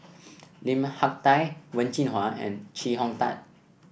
Lim Hak Tai Wen Jinhua and Chee Hong Tat